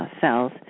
cells